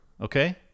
Okay